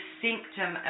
symptom